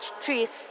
trees